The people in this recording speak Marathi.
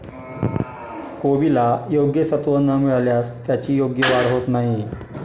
कोबीला योग्य सत्व न मिळाल्यास त्याची योग्य वाढ होत नाही